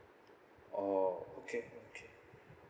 oh okay okay